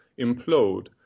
implode